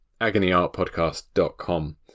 agonyartpodcast.com